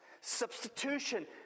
Substitution